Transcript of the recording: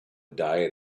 diet